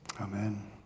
Amen